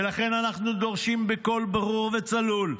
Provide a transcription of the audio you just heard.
ולכן אנחנו דורשים בקול ברור וצלול: